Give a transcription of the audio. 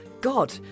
God